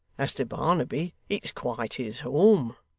as to barnaby, it's quite his home